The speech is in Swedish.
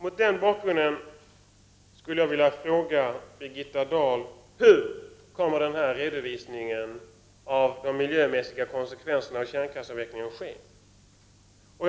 Mot denna bakgrund skulle jag vilja fråga Birgitta Dahl hur redovisningen av de miljömässiga konsekvenserna av kärnkraftsavvecklingen kommer att ske.